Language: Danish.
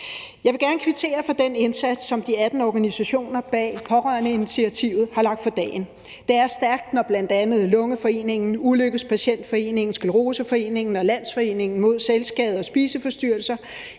Jeg vil gerne kvittere for den indsats, som de 18 organisationer bag Pårørendeinitiativet har lagt for dagen. Det er stærkt, når bl.a. Lungeforeningen, Ulykkespatientforeningen, Scleroseforeningen og Landsforeningen mod spiseforstyrrelser